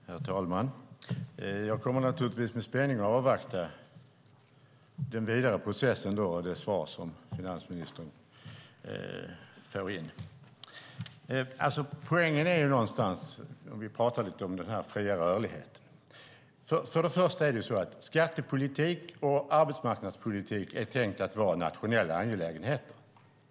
Herr talman! Jag kommer naturligtvis att med spänning avvakta den vidare processen och det svar finansministern får in. Vi pratar om den fria rörligheten. Först och främst är det så att skattepolitik och arbetsmarknadspolitik är tänkt att vara nationella angelägenheter.